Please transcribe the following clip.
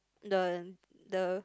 the the